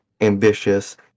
ambitious